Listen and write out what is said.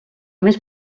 més